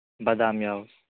ꯕꯗꯥꯝ ꯌꯥꯎꯋꯤ